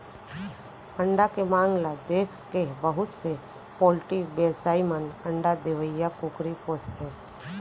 अंडा के मांग ल देखके बहुत से पोल्टी बेवसायी मन अंडा देवइया कुकरी पोसथें